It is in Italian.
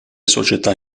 società